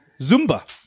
Zumba